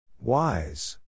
Wise